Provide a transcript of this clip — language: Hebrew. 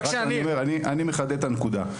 אני אומר, אני מחדד את הנקודה.